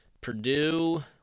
Purdue